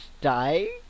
die